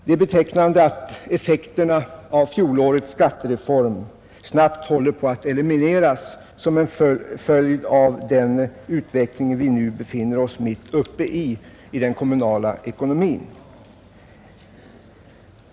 Det är betecknande att effekterna av fjolårets skattereform snabbt håller på att elimineras som en följd av den utveckling vi nu befinner oss mitt uppe i beträffande den kommunala ekonomin.